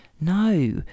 no